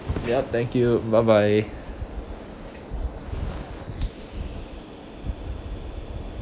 ya thank you bye bye